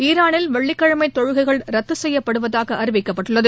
ஈரானில் வெள்ளிக்கிழமைதொழுகைகள் ரத்துசெய்யப்படுவதாகஅறிவிக்கப்பட்டுள்ளது